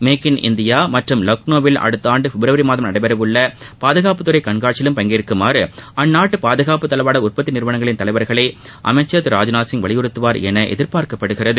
make in India மற்றும் லக்ளோவில் அடுத்த ஆண்டு பிப்ரவரி மாதம் நடைபெற உள்ள பாதுகாப்புத்துறை கண்காட்சியிலும் பங்கேற்குமாறு அந்நாட்டு பாதுகாப்பு தளவாட உற்பத்தி நிறுவனங்களின் தலைவர்களை அமைச்சர் திரு ராஜ்நாத் சிங் வலியுறுத்துவார் என எதிர்பார்க்கப்படுகிறது